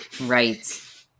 Right